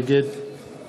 נגד